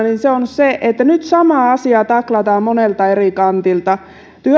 on se että nyt samaa asiaa taklataan monelta eri kantilta